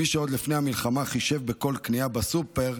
מי שעוד לפני המלחמה חישב בכל קנייה בסופר,